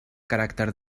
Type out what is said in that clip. caràcter